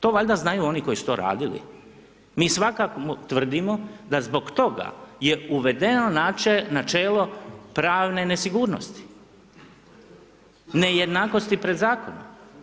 To valjda znaju oni koji su to radili, mi svakako tvrdimo da zbog toga je uvedeno načelo pravne nesigurnosti, nejednakosti pred zakonom.